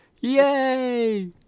Yay